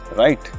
right